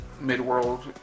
Midworld